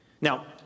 Now